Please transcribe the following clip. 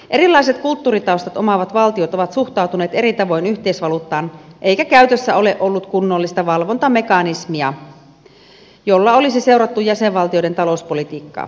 erilaiset kulttuuritaustat omaavat valtiot ovat suhtautuneet eri tavoin yhteisvaluuttaan eikä käytössä ole ollut kunnollista valvontamekanismia jolla olisi seurattu jäsenvaltioiden talouspolitiikkaa